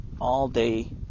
all-day